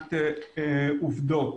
מבחינת עובדות.